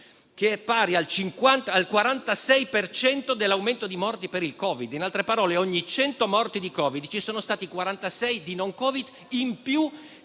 al 46 per cento dell'aumento di morti per il Covid. In altre parole, ogni 100 morti di Covid, ci sono stati 46 morti non per Covid in più